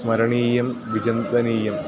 स्मरणीयं विचिन्तनीयम्